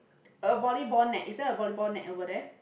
a volleyball net is there a volleyball net over there